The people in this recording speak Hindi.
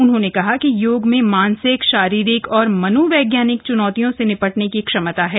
उन्होंने कहा कि योग में मानसिक शारीरिक और मनोवैज्ञानिक च्नौतियों से निपटने की क्षमता है